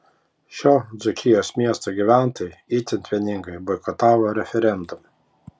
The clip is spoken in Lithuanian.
šio dzūkijos miesto gyventojai itin vieningai boikotavo referendumą